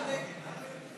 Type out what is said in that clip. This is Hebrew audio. לא נתקבלה.